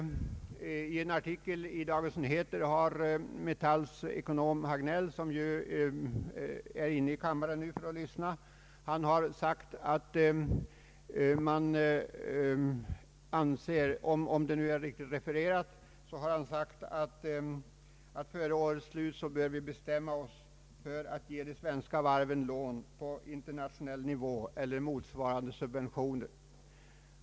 Enligt en artikel i Dagens Nyheter har Metalls ekonom herr Hagnell, som befinner sig här i kammaren för att lyssna, sagt, om det är korrekt refererat, att vi före årets slut bör bestämma oss för att ge de svenska varven lån på internationell nivå, eller motsvarande subventioner.